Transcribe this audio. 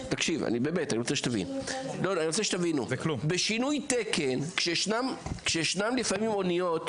רוצה שתבינו, בשינוי תקן כשישנן אוניות